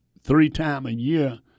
three-time-a-year